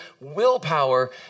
willpower